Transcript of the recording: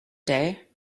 day